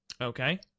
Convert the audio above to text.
Okay